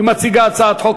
היא מציגה הצעת חוק,